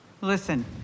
Listen